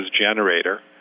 generator